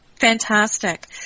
Fantastic